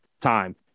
time